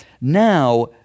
Now